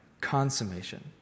consummation